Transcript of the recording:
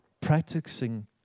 practicing